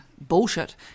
Bullshit